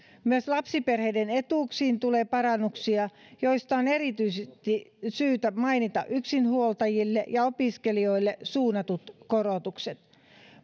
myös lapsiperheiden etuuksiin tulee parannuksia joista on erityisesti syytä mainita yksinhuoltajille ja opiskelijoille suunnatut korotukset